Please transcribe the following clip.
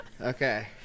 okay